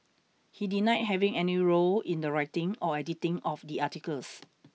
he denied having any role in the writing or editing of the articles